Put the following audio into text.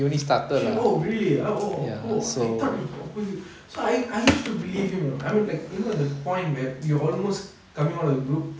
oh really oh oh oh I thought he okay with so I I used to believe him you know I mean like you know the point where you almost coming out of the group